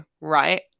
right